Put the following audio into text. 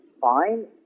fine